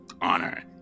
honor